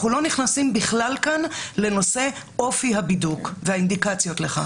אנחנו בכלל לא נכנסים כאן לנושא אופי הבידוק והאינדיקציות לכך.